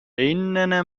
إننا